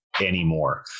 anymore